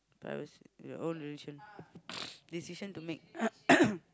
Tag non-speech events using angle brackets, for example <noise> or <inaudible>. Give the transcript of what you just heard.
privacy your own decision <noise> decision to make <coughs>